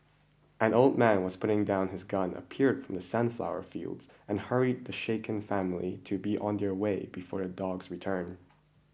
an old man was putting down his gun appeared from the sunflower fields and hurried the shaken family to be on their way before the dogs return